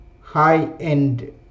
high-end